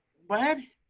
what?